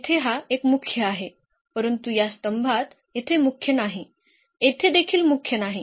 तर येथे हा एक मुख्य आहे परंतु या स्तंभात येथे मुख्य नाही येथे देखील मुख्य नाही